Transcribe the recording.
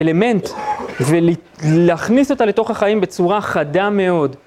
אלמנט, ולהכניס אותה לתוך החיים בצורה חדה מאוד.